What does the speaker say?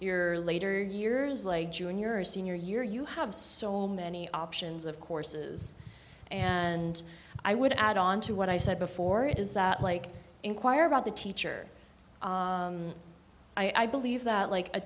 your later years like junior or senior year you have so many options of courses and i would add on to what i said before is that like inquire about the teacher i believe that like a